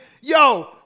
Yo